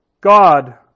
God